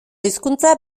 hizkuntza